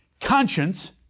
Conscience